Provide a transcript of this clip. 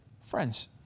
Friends